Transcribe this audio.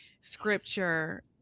scripture